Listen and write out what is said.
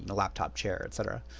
and laptop, chair, et cetera.